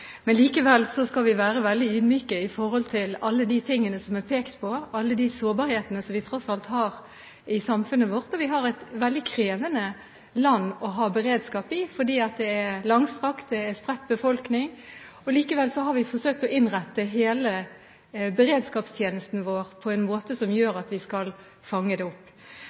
skal vi være veldig ydmyke med hensyn til alle de tingene som det er pekt på, alle de sårbarhetene som vi tross alt har i samfunnet vårt. Vi har et veldig krevende land å ha beredskap i fordi det er langstrakt, det er spredt befolkning. Likevel har vi forsøkt å innrette hele beredskapstjenesten vår på en måte som gjør at vi skal fange det opp.